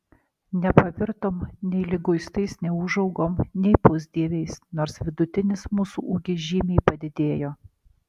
nepavirtom nei liguistais neūžaugom nei pusdieviais nors vidutinis mūsų ūgis žymiai padidėjo